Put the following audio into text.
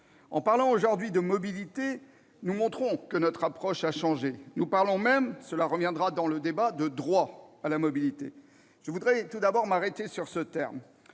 En parlant aujourd'hui de mobilités, nous montrons que notre approche a changé. Nous parlons même, cela reviendra dans le débat, de « droit à la mobilité », et je voudrais tout d'abord m'arrêter sur ce terme.